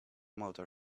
motor